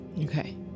Okay